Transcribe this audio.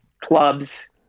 clubs